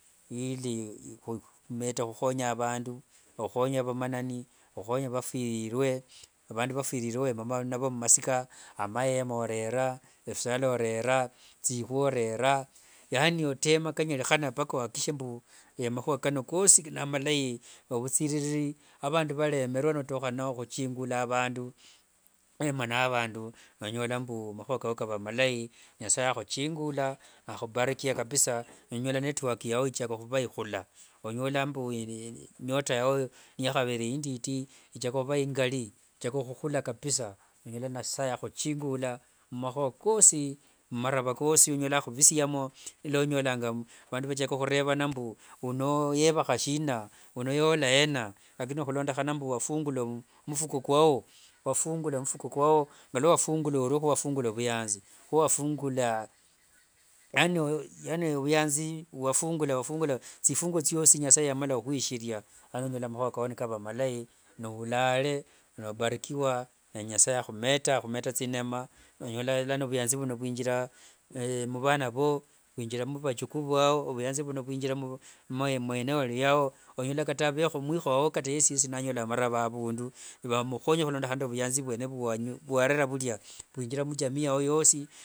Ili ihumete huhonya avandu, ohuhonya vamanani, ohuhonya vafwirirwe, vandu vafwirirwe wema navo mumasika, amaema orera, evisala orera, tsihwi orera, yaani otema kanyarihana mpaka wakikishie mbu emahua kano koosi namalai. Obutsiriri abandu varemera notuha nohuchingula abandu, nwema na abandu nonyola mbu mahua kao kaba malai, nyasae ahuchingula, ahubarikia kabisaa nonyola network yao ichaka huba ihula. Onyola mbu nyota yao niyahabere inditi ichaka huba ingali, ichaka huhula kabisaa nonyola ahuchingula mumahuwa kosi, mumaraba kosi onyola ahubisiamo. Nilwonyolanga abandu bachaka hurebana mbu uno yebaha shina, uno yoola heena lakini ohulondohana mbu wafungula mfuko kwao, ngalwafungula oryo ho wafungula buyanzi, ho wafungula yaani buyanzi wafungula. Tsifunguo tsiosi nyasae yamala hwishiria lano onyola mahua kao nikaba malai noula ale nobarikiwa naye nyasae ahumeta tsinema nonyola lano buyanzi buno bwingira mubana voo, bwingira mbajukuu vao, vuyanzi vuno. Onyola kata mwiho wao kata yesi yesi nanyola maraba avundu nivamuhonya hulondohana nde buyanzi bwene vwa warera burya, bwingira mjamii yao yosi.